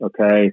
Okay